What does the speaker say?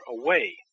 away